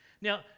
now